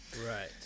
Right